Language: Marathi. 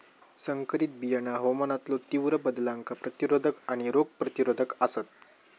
संकरित बियाणा हवामानातलो तीव्र बदलांका प्रतिरोधक आणि रोग प्रतिरोधक आसात